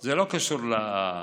זה לא קשור למכללות.